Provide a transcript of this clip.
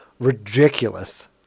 Ridiculous